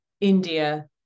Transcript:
India